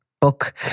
book